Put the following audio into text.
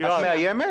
את מאיימת?